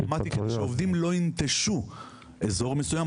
אמרתי כדי שעובדים לא יינטשו אזור מסוים.